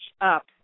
up